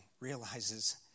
realizes